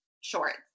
shorts